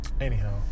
Anyhow